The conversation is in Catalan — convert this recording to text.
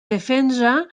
defensa